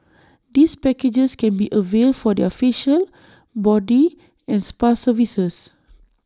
these packages can be availed for their facial body and spa services